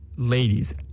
Ladies